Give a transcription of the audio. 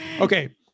Okay